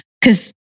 Because-